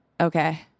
Okay